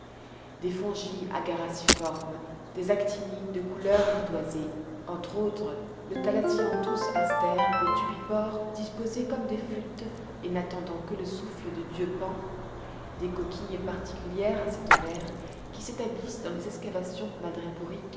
des fongies agariciformes des actinies de couleur ardoisée entre autres le thalassianthus aster des tubipores disposés comme des flûtes et n'attendant que le souffle du dieu pan des coquilles particulières à cette mer qui s'établissent dans les excavations